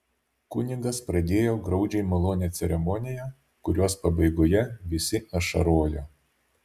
kunigas pradėjo graudžiai malonią ceremoniją kurios pabaigoje visi ašarojo